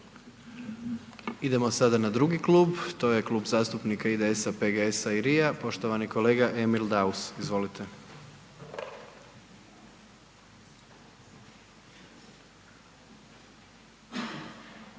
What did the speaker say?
Idemo sada na drugi klub, to je Klub zastupnika IDS-a, PGS-a i RI-a, poštovani kolega Emil Daus, izvolite.